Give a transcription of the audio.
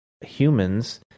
humans